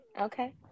Okay